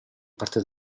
parte